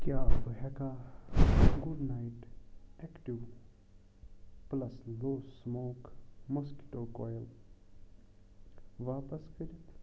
کیٛاہ بہٕ ہٮ۪کاہ good night active plus low smoke mosquito coil واپس کٔرِتھ